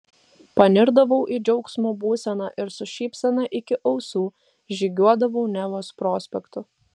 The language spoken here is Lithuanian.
panirdavau į džiaugsmo būseną ir su šypsena iki ausų žygiuodavau nevos prospektu